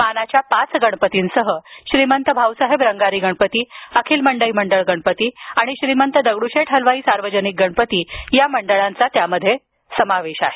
मनाच्या पाच गणपतींसह श्रीमंत भाऊसाहेब रंगारी गणपती अखिल मंडई मंडळ गणपती श्रीमंत दगडूशेठ हलवाई सार्वजनिक गणपती या मंडळांचा त्यामध्ये समावेश आहे